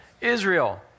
Israel